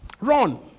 Run